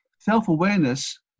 Self-awareness